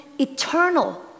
eternal